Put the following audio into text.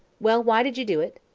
well, why did you do it?